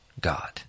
God